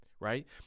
Right